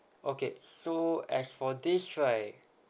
okay so as for this right